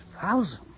thousand